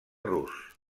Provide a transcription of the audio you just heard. rus